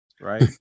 right